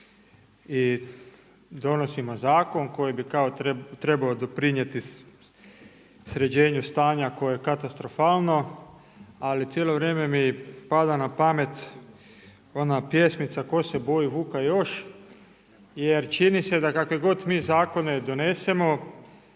i donosimo zakon koji bi kao trebao doprinijeti sređenju stanja koje je katastrofalno. Ali cijelo vrijeme mi pada na pamet ona pjesmica „Tko se boji vuka još“, jer čini se kakve god mi zakone donesemo